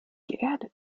geerdet